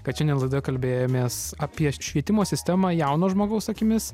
kad šiandien laidoje kalbėjomės apie švietimo sistemą jauno žmogaus akimis